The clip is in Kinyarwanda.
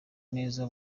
neza